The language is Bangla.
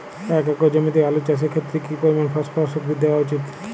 এক একর জমিতে আলু চাষের ক্ষেত্রে কি পরিমাণ ফসফরাস উদ্ভিদ দেওয়া উচিৎ?